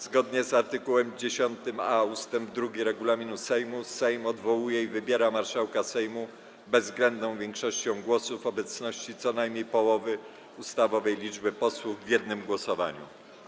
Zgodnie z art. 10a ust. 2 regulaminu Sejmu Sejm odwołuje i wybiera marszałka Sejmu bezwzględną większością głosów w obecności co najmniej połowy ustawowej liczby posłów, w jednym głosowaniu.